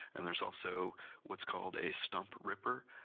and there's also what's called a stump ripper,